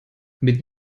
mit